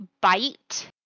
bite